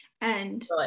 And-